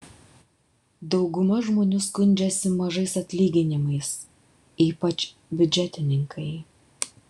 dauguma žmonių skundžiasi mažais atlyginimais ypač biudžetininkai